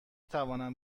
توانم